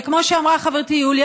וכמו שאמרה חברתי יוליה,